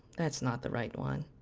that's not the right one.